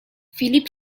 filip